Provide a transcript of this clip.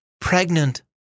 pregnant